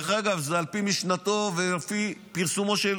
זה על פי משנתו ועל פי פרסומו של